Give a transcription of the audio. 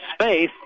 space